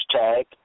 hashtag